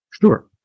Sure